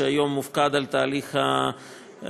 שהיום מופקד על תהליך התכנון,